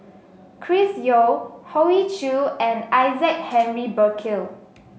Chris Yeo Hoey Choo and Isaac Henry Burkill